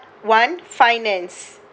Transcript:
one finance